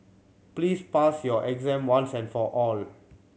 please pass your exam once and for all